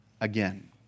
again